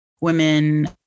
women